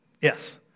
Yes